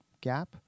gap